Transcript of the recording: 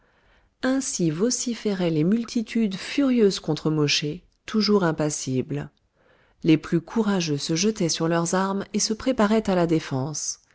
ainsi vociféraient les multitudes furieuses contre mosché toujours impassible les plus courageux se jetaient sur leurs armes et se préparaient à la défense